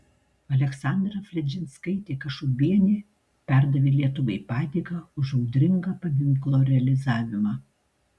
aleksandra fledžinskaitė kašubienė perdavė lietuvai padėką už audringą paminklo realizavimą